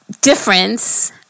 difference